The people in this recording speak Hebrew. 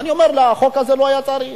ואני אומר: את החוק הזה לא היה צריך.